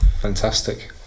Fantastic